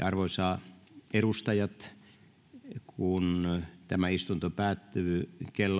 arvoisat edustajat kun tämä istunto päättyy